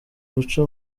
guca